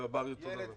אמר לי את אותו דבר,